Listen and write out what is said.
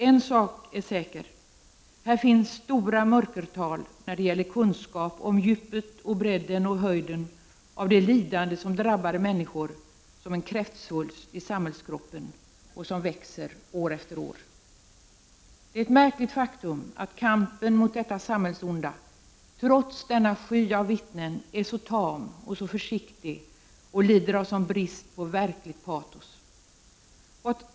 En sak är säker: Det finns stora mörkertal här när det gäller kunskapen om djupet, bredden och höjden av det lidande som drabbar människor, som är som en kräftsvulst i samhällskroppen och som växer år efter år. Det är ett märkligt faktum att kampen mot detta samhällsonda, trots denna sky av vittnen, är så tam och så försiktig och att den lider av en sådan brist på verkligt patos!